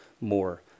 more